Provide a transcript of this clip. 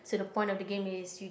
so point of the game is you